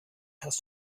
hast